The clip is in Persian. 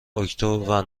اکتبر